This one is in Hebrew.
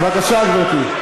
בבקשה, גברתי.